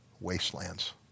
wastelands